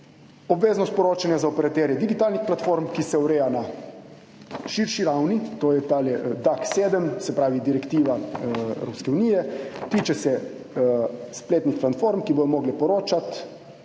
obveznost poročanja za operaterje digitalnih platform, ki se ureja na širši ravni, to je tale DAC7, se pravi direktiva Evropske unije, tiče se spletnih platform, ki bodo mogle poročati